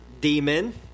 demon